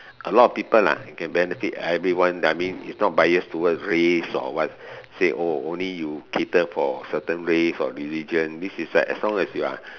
a lot of people lah can benefit everyone i mean is not biased towards race or what say oh you only cater for certain race or religion this is like as long as you are